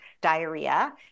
diarrhea